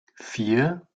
vier